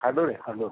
हाडोळे हाडोळ